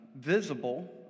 visible